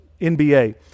NBA